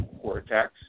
cortex